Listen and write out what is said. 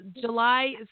July